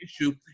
issue